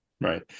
right